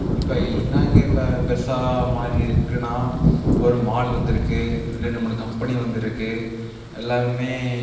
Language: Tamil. இப்போ என்ன இங்கே பெருசாக மாறி இருக்குன்னா ஒரு மால் வந்திருக்கு ரெண்டு மூணு கம்பெனி வந்து இருக்கு எல்லாமே